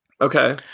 Okay